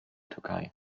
türkei